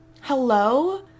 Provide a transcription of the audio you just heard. Hello